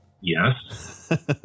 yes